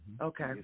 Okay